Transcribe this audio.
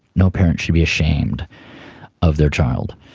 no parent should be ashamed of their child.